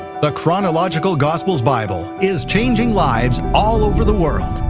the chronological gospels bible is changing lives all over the world,